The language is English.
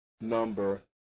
number